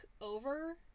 over